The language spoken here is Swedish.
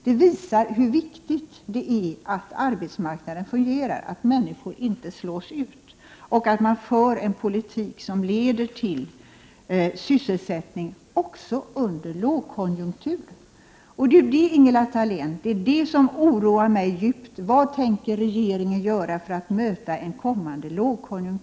Detta visar hur viktigt det är att arbetsmarknaden fungerar, att människor inte slås ut och att man för en politik som leder till sysselsättning, också under lågkonjunkturer. Det är detta, Ingela Thalén, som oroar mig djupt. Vad tänker regeringen göra för att möta en kommande lågkonjunktur?